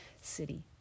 city